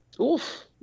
Oof